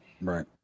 Right